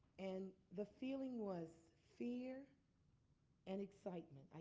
and the feeling was fear and excitement.